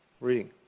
Reading